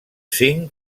cinc